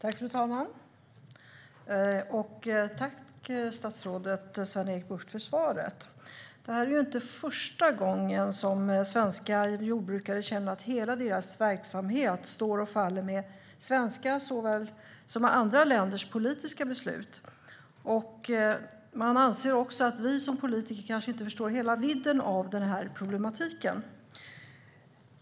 Fru talman! Tack, statsrådet Sven-Erik Bucht, för svaret! Det här är inte första gången svenska jordbrukare känner att hela deras verksamhet står och faller med svenska såväl som andra länders politiska beslut. Man anser också att vi politiker kanske inte förstår hela vidden av problematiken.